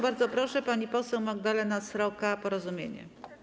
Bardzo proszę, pani poseł Magdalena Sroka, Porozumienie.